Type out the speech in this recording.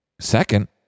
Second